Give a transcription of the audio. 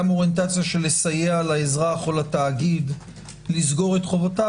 של לסייע לאזרח או לתאגיד לסגור את חובותיו,